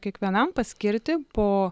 kiekvienam paskirti po